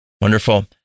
Wonderful